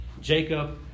Jacob